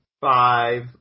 Five